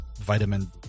vitamin